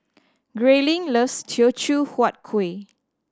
Grayling loves Teochew Huat Kuih